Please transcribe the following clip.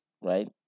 right